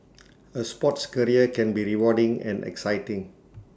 A sports career can be rewarding and exciting